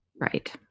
right